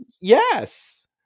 Yes